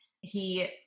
He-